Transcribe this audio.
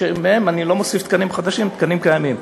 ומהם, אני לא מוסיף תקנים חדשים, תקנים קיימים.